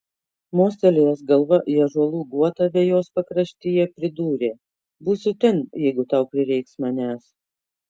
mostelėjęs galva į ąžuolų guotą vejos pakraštyje pridūrė būsiu ten jeigu tau prireiks manęs